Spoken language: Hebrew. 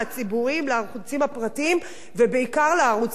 לערוצים הפרטיים ובעיקר לערוצים בפריפריה,